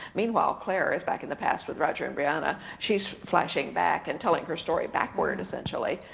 meanwhile, claire is back in the past with roger and brianna. she's flashing back and telling her story backward essentially.